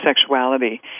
sexuality